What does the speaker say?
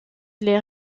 les